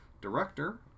Director